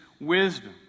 wisdom